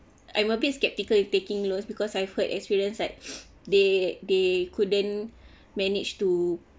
I'm a bit skeptical with taking loan because I've heard experience like they they couldn't manage to